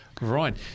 Right